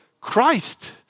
Christ